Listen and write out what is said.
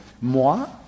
Moi